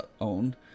own